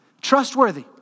trustworthy